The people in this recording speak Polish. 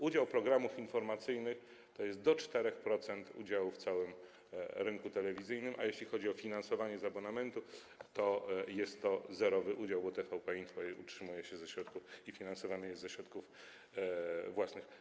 Udział programów informacyjnych wynosi do 4% udziałów w całym rynku telewizyjnym, a jeśli chodzi o finansowanie z abonamentu, to jest to zerowy udział, bo TVP Info utrzymuje się i finansowane jest ze środków własnych.